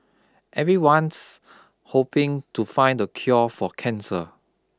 everyone's hoping to find the cure for cancer